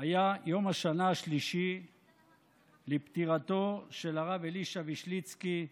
היה יום השנה השלישי לפטירתו של הרב אלישע וישליצקי,